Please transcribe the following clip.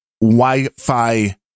Wi-Fi